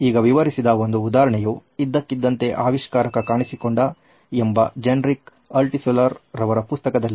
ಈಗ ವಿವರಿಸಿದ ಒಂದು ಉದಾಹರಣೆಯು ಇದ್ದಕ್ಕಿದ್ದಂತೆ ಆವಿಷ್ಕಾರಕ ಕಾಣಿಸಿಕೊಂಡ ಎಂಬ ಜೆನೆರಿಕ್ ಅಲ್ಟಿಸುಲರ್ ರವರ ಪುಸ್ತಕದಲ್ಲಿದೆ